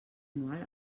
anual